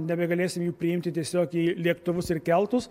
nebegalėsim jų priimti tiesiog į lėktuvus ir keltus